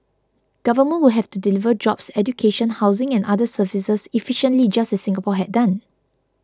governments would have to deliver jobs education housing and other services efficiently just as Singapore had done